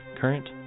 Current